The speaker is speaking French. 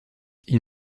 ils